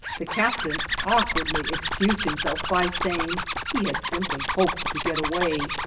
the captain awkwardly excused himself by saying he had simply hoped to get away.